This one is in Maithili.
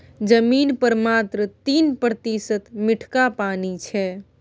जमीन पर मात्र तीन प्रतिशत मीठका पानि छै